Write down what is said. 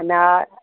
अनार